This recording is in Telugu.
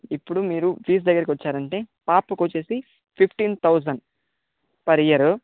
ఇప్పుడు మీరు ఫీజు దగ్గరకి వచ్చారంటే పాపకి వచ్చేసి ఫిఫ్టీన్ థౌజండ్ పర్ ఇయరు